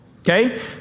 Okay